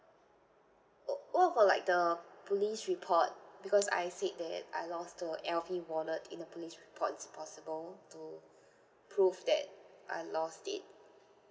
or what about like the police report because I said that I lost the L_V wallet in the police report it's possible to prove that I lost it